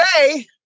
Today